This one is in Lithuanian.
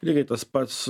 lygiai tas pats